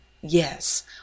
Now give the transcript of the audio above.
yes